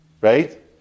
right